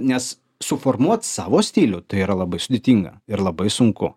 nes suformuot savo stilių tai yra labai sudėtinga ir labai sunku